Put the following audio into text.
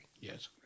Yes